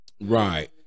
Right